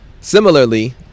Similarly